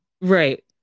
Right